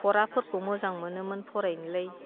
फराफोरखौ मोजां मोनोमोन फरायनोलाय